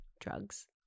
drugs